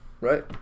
Right